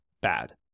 bad